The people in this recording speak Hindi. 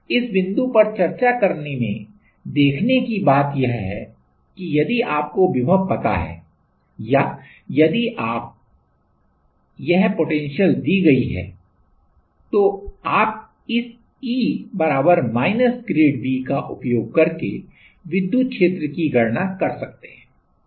अब इस बिंदु पर चर्चा करने में देखने की की बात यह है कि यदि आपको विभव पता है या यदि यह पोटेंशियल दी गई है तो आप इस E बराबर ग्रेड V का उपयोग करके विद्युत क्षेत्र की गणना कर सकते हैं